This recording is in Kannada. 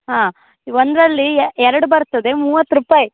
ಹಾಂ ಒಂದರಲ್ಲಿ ಎರಡು ಬರ್ತದೆ ಮೂವತ್ತು ರೂಪಾಯಿ